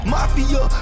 Mafia